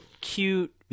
cute